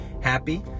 happy